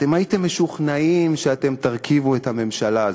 אתם הייתם משוכנעים שאתם תרכיבו את הממשלה הזאת,